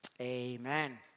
Amen